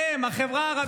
אני מבקש.